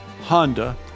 Honda